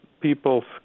people